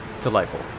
Delightful